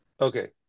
Okay